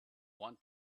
want